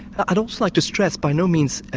i'd also like to stress, by no means.